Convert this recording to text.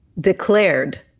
declared